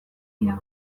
dira